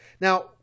Now